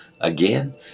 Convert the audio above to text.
again